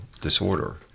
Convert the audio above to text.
disorder